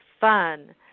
fun